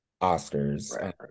oscars